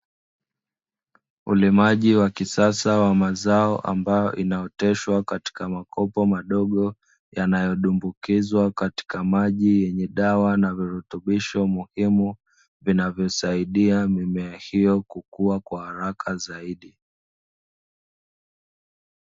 Ulimaji wa kisasa wa mazao ambayo inaoteshwa katika makopo madogo, yanayodumbukizwa katika maji yenye dawa na virutubisho muhimu, vinavyosaidia mimea hiyo kukua kwa haraka zaidi.